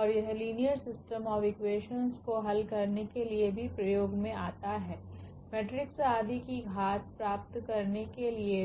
और यह linear system of equations को हल करने के लिए भी प्रयोग मे आता है मेट्रिक्स आदि की घात प्राप्त करने के लिए भी